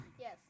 Yes